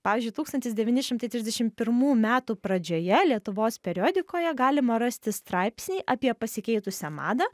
pavyzdžiui tūkstantis devyni šimtai trisdešimt pirmų metų pradžioje lietuvos periodikoje galima rasti straipsnį apie pasikeitusią madą